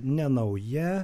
ne nauja